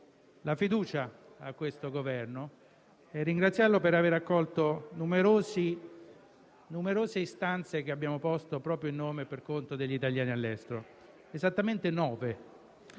la fiducia al Governo e ringraziarlo per aver raccolto numerose istanze che abbiamo posto proprio in nome e per conto degli italiani all'estero. Sono esattamente nove.